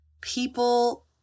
people